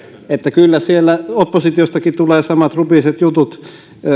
että kyllä sieltä oppositiostakin tulee samat rupiset jutut